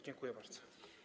Dziękuję bardzo.